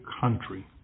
country